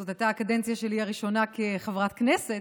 זאת הייתה הקדנציה הראשונה שלי כחברת כנסת,